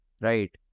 Right